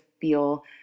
feel